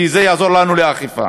וזה יעזור לנו לאכיפה.